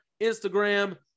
Instagram